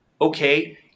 Okay